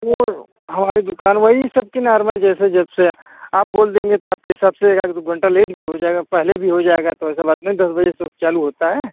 वो हमारी दुकान वही सबकी नार्मल जैसे जबसे आप बोल देंगे तो आपके हिसाब से एक आध दो घंटा लेट भी हो जाएगा पहले भी हो जाएगा तो ऐसा बात नहीं दस बजे से वो चालू होता है